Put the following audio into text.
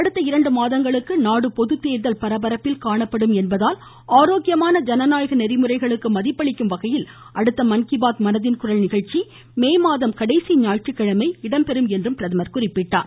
அடுத்த இரண்டு மாதங்களுக்கு நாடு பொதுத்தேர்தல் பரபரப்பில் காணப்படும் என்பதால் ஆரோக்கியமான ஜனநாயக நெறிமுறைகளுக்கு மதிப்பளிக்கும் வகையில் அடுத்த மன் கி பாத் மனதின்குரல் நிகழ்ச்சி மே மாதம் கடைசி ஞாயிற்றுக்கிழமை இடம்பெறும் என்றும் பிரதமர் கூறினார்